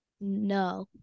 No